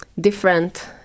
different